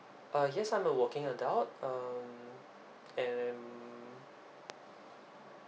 uh yes I'm a working adult um and